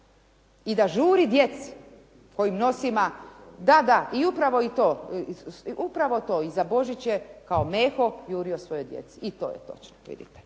i da žuri djeci. Da, da i upravo i to, upravo to, za Božić je kao Meho jurio svojoj djeci. I to je točno vidite.